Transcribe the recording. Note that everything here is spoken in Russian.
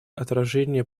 отражение